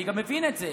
אני גם מבין את זה.